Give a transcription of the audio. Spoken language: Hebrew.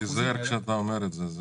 תיזהר כשאתה אומר את זה.